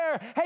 Hey